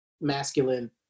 masculine